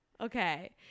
okay